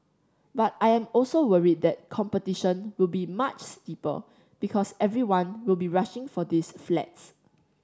but I am also worried that competition will be much steeper because everyone will be rushing for these flats